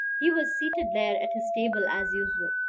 he was seated there at his table as usual,